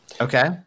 Okay